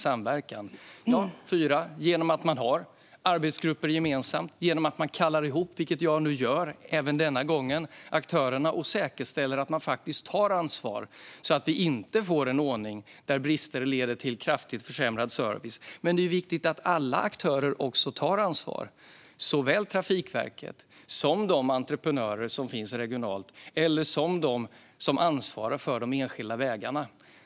Jo, för det fjärde, genom att man har arbetsgrupper gemensamt och genom att man kallar ihop aktörerna, vilket jag nu gör även denna gång, och säkerställer att man tar ansvar så att vi inte får en ordning där brister leder till kraftigt försämrad service. Men det är viktigt att alla aktörer också tar ansvar, såväl Trafikverket som de entreprenörer som finns regionalt. Det gäller också dem som ansvarar för de enskilda vägarna.